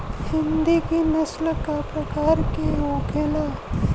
हिंदी की नस्ल का प्रकार के होखे ला?